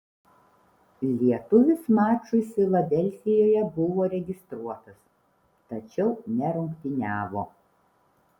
lietuvis mačui filadelfijoje buvo registruotas tačiau nerungtyniavo